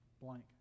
Blank